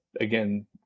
again